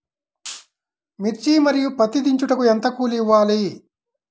మిర్చి మరియు పత్తి దించుటకు ఎంత కూలి ఇవ్వాలి?